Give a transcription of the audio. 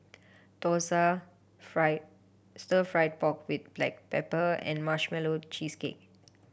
dosa fry Stir Fried Pork With Black Pepper and Marshmallow Cheesecake